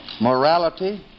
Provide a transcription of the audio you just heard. Morality